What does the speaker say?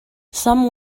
some